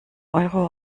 euro